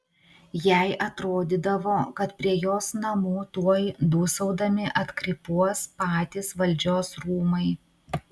jai atrodydavo kad prie jos namų tuoj dūsaudami atkrypuos patys valdžios rūmai